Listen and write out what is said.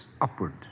upward